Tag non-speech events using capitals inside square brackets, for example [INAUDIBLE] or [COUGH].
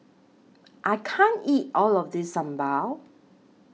[NOISE] I can't eat All of This Sambal